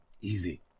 Easy